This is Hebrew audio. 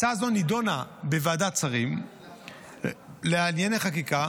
הצעה זו נדונה בוועדת השרים לענייני חקיקה